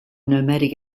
nomadic